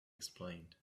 explained